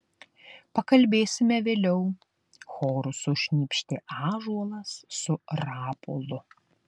pakalbėsime vėliau choru sušnypštė ąžuolas su rapolu